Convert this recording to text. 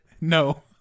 No